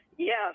Yes